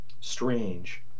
strange